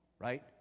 right